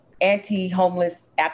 anti-homeless